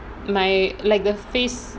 my like the face